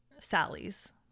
Sally's